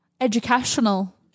Educational